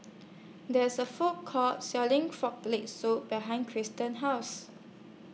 There IS A Food Court Selling Frog Leg Soup behind Christian's House